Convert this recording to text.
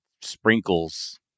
sprinkles